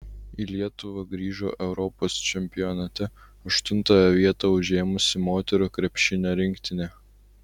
į lietuvą grįžo europos čempionate aštuntąją vietą užėmusi moterų krepšinio rinktinė